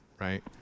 right